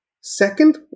Second